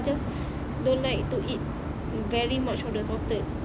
just don't like to eat very much of the salted